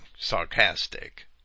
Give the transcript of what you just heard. sarcastic